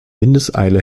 windeseile